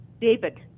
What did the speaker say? David